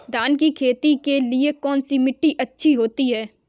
धान की खेती के लिए कौनसी मिट्टी अच्छी होती है?